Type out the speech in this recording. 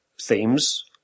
themes